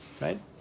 right